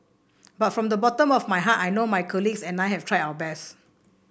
but from the bottom of my heart I know my colleagues and I have tried our best